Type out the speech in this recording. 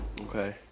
okay